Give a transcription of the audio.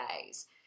days